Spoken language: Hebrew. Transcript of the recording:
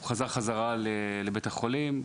הוא חזר חזרה לבית החולים,